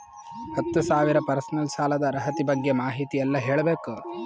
ಹತ್ತು ಸಾವಿರ ಪರ್ಸನಲ್ ಸಾಲದ ಅರ್ಹತಿ ಬಗ್ಗೆ ಮಾಹಿತಿ ಎಲ್ಲ ಕೇಳಬೇಕು?